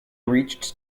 reached